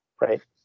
Right